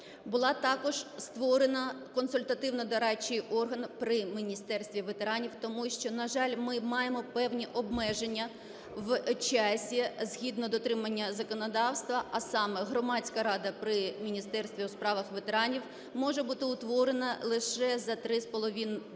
Було також створено консультативно-дорадчий орган при Міністерстві ветеранів, тому що, на жаль, ми маємо певні обмеження в часі згідно дотримання законодавства, а саме: Громадська рада при Міністерстві у справах ветеранів може бути утворена лише за три